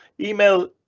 email